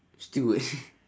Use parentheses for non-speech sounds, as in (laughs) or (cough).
steward (laughs)